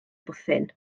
bwthyn